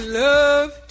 love